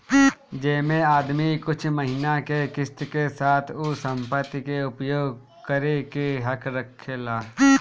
जेमे आदमी कुछ महिना के किस्त के साथ उ संपत्ति के उपयोग करे के हक रखेला